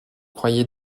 croyez